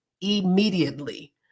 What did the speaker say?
immediately